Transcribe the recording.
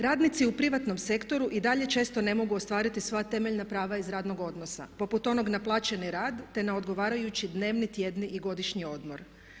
Radnici u privatnom sektoru i dalje često ne mogu ostvariti sva temeljna prava iz radnog odnosa poput onog naplaćeni rad te na odgovarajući dnevni, tjedni i godišnji odmor.